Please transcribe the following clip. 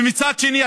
ומצד שני,